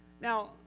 Now